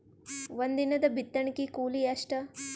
ಒಂದಿನದ ಬಿತ್ತಣಕಿ ಕೂಲಿ ಎಷ್ಟ?